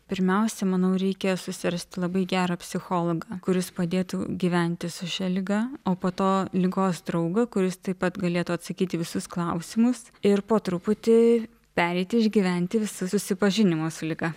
pirmiausia manau reikia susirasti labai gerą psichologą kuris padėtų gyventi su šia liga o po to ligos draugą kuris taip pat galėtų atsakyti į visus klausimus ir po truputį pereiti išgyventi visą susipažinimą su liga